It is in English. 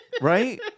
Right